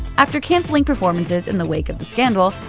after cancelling performances in the wake of the scandal,